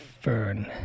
fern